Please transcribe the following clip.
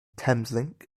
thameslink